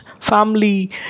family